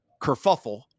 kerfuffle